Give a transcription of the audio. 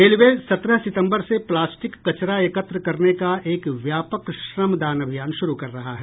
railway सत्रह सितम्बर से प्लास्टिक कचरा एकत्र करने का एक व्यापक श्रमदान अभियान शुरू कर रहा है